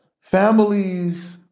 families